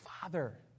Father